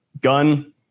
gun